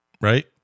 right